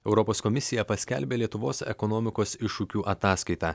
europos komisija paskelbė lietuvos ekonomikos iššūkių ataskaitą